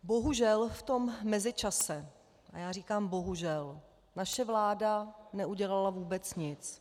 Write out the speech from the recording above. Bohužel v tom mezičase, a já říkám bohužel, naše vláda neudělala vůbec nic.